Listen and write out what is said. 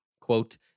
quote